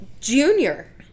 Junior